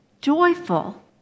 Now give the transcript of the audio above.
joyful